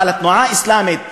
אבל התנועה האסלאמית,